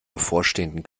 bevorstehenden